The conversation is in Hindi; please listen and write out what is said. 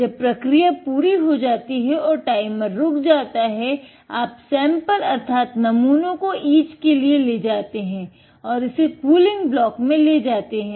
जब प्रक्रिया पूरी हो जाती है और टाइमर में ले जाते हैं